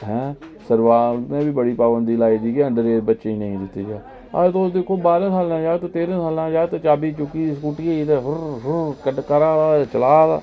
सरकार नै बी पाबंदी बड़ी लाई दी ऐ अंडर एज बच्चें गी नेईं दित्ती ऐ हुन तुस दिक्खो ते तेरें सालें दा जाक्त जां बाहरें सालें दा जाक्त फुर्र फुर्र करा दा ते चला दा